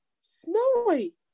Snowy